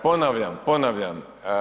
Ponavljam, ponavljam…